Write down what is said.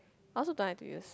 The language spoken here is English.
I also don't like to use